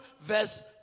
verse